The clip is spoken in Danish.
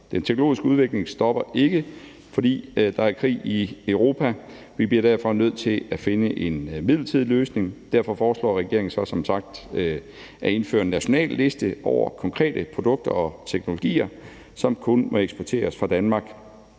Den teknologiske udvikling stopper ikke, fordi der er krig i Europa. Vi bliver derfor nødt til at finde en midlertidig løsning, og derfor foreslår regeringen som sagt så at indføre en national liste over konkrete produkter og teknologier, som kun må eksporteres fra Danmark